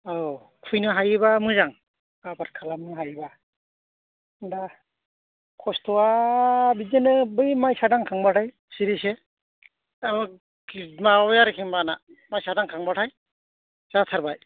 औ खुइनो हायोबा मोेजां आबाद खालामनो हायोबा दा खस्थ'आ बिदिनो बै मायसा दांखांबाथाय सिरैसे माबाबाय आरोखि होमबाना मायसा दांखांबाथाय जाथारबाय